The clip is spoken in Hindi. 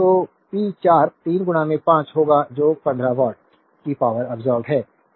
तो पी 4 3 5 होगा जो 15 वाट की पावरअब्सोर्बेद है